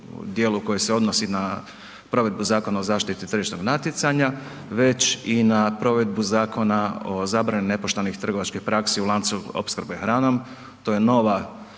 u dijelu koje se odnosi na provedbu Zakona o zaštiti tržišnog natjecanja, već i na provedbu Zakona o zabrani nepoštenih trgovačkih praksi u lancu opskrbe hranom. To je nova